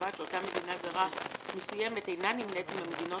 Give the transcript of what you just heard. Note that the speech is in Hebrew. ובלבד שאותה מדינה זרה מסוימת אינה נמנית עם המדינות